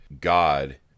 God